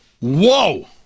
Whoa